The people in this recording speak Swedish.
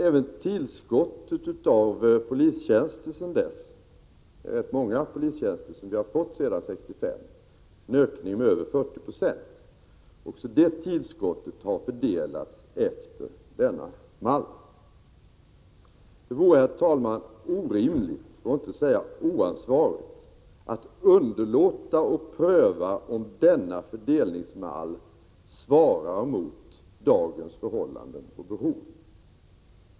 Även tillskottet av polistjänster sedan dess — vi har fått rätt många polistjänster sedan 1965, en ökning med över 40 90 — har födelats efter denna mall. Det vore, herr talman, orimligt, för att inte säga oansvarigt, att underlåta att pröva om denna fördelningsmall svarar mot dagens förhållanden och behov.